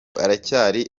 aracyari